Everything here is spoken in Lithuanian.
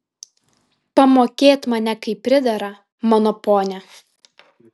pamokėt mane kaip pridera mano ponia